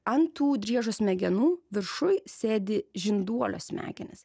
ant tų driežo smegenų viršuj sėdi žinduolio smegenys